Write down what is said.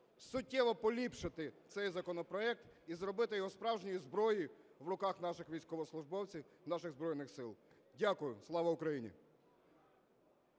суттєво поліпшити цей законопроект і зробити його справжньою зброєю в руках наших військовослужбовців наших Збройних Сил. Дякую. Слава Україні!